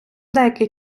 деякий